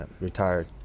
Retired